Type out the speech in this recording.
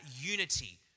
unity